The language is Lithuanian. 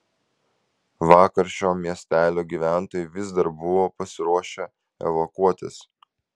vakar šio miestelio gyventojai vis dar buvo pasiruošę evakuotis